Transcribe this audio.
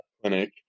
clinic